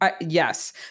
Yes